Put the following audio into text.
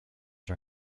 her